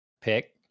pick